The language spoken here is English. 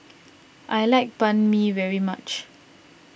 I like Banh Mi very much